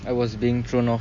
I was being thrown off